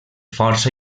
força